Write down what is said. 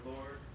Lord